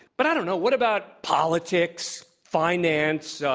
but i don't know. what about politics, finance, so